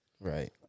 Right